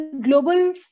global